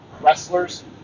wrestlers